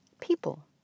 people